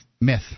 Myth